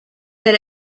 that